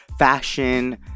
fashion